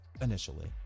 Initially